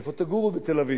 איפה תגורו בתל-אביב?